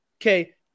Okay